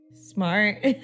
Smart